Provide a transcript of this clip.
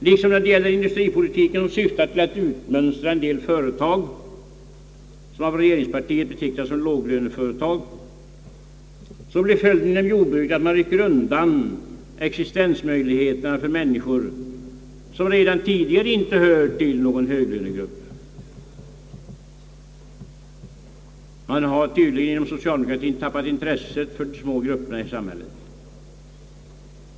Liksom när det gäller industripolitiken, som syftar till att utmönstra en del företag som av regeringspartiet betecknas som låglöneföretag, så blir följden när det gäller jordbruket att man rycker undan existensmöjligheterna för män niskor som redan tidigare inte hör till någon höglönegrupp. Man har tydligen inom socialdemokratien tappat intresset för de små grupperna i samhället.